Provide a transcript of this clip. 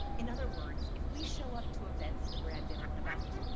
in other words, if we show up to events that we are ambivalent about,